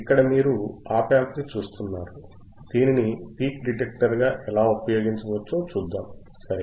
ఇక్కడ మీరు op amp ని చూస్తున్నారు దీనిని పీక్ డిటెక్టర్ గా ఎలా ఉపయోగించవచ్చో చూద్దాం సరే